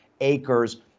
acres